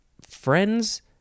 friends